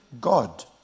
God